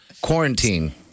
quarantine